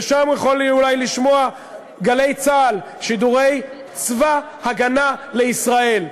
ושם הוא יכול אולי לשמוע "גלי צה"ל" שידורי צבא ההגנה לישראל.